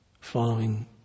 following